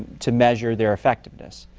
to measure their effectiveness?